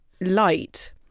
light